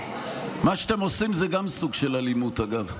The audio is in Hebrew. מה שאתם עושים זה גם סוג של אלימות, אגב,